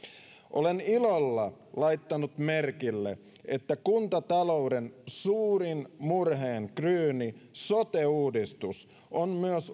olen ilolla laittanut merkille että myös kuntatalouden suurin murheenkryyni sote uudistus on